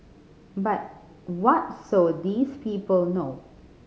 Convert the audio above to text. but what so these people know